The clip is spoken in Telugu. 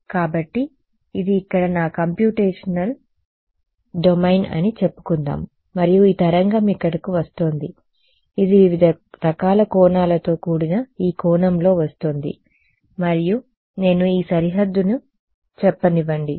కాబట్టి ఇది ఇక్కడ నా కంప్యూటేషనల్ డొమైన్ అని చెప్పుకుందాం మరియు ఈ తరంగం ఇక్కడకు వస్తోంది ఇది వివిధ రకాల కోణాలతో కూడిన ఈ కోణంలో వస్తోంది మరియు నేను ఈ సరిహద్దుని చెప్పనివ్వండి